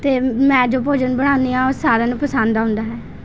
ਅਤੇ ਮੈਂ ਜੋ ਭੋਜਨ ਬਣਾਉਂਦੀ ਹਾਂ ਉਹ ਸਾਰਿਆਂ ਨੂੰ ਪਸੰਦ ਆਉਂਦਾ ਹੈ